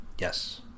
Yes